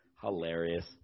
hilarious